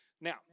Now